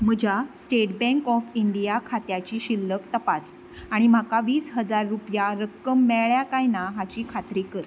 म्हज्या State Bank of India खात्याची शिल्लक तपास आनी म्हाका वीस हजार रुपया रक्कम मेळ्ळ्या काय ना हाची खात्री कर